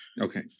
Okay